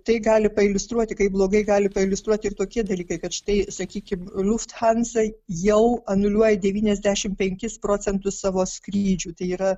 tai gali pailiustruoti kaip blogai gali pailiustruoti ir tokie dalykai kad štai sakykim nuliūsti lufthansa jau anuliuoja devyniasdešim penkis procentus savo skrydžių tai yra